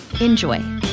Enjoy